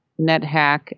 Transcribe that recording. NetHack